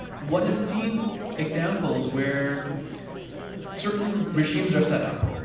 one has seen examples, where certain regimes are set up,